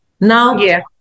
Now